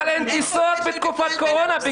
אבל אין טיסות בתקופת קורונה,